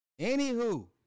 anywho